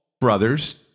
brothers